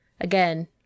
again